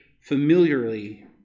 familiarly